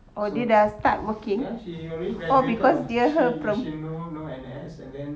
so ya she already graduated [what] she she no no N_S and then